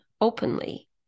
openly